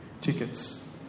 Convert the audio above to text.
tickets